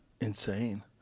Insane